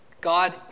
God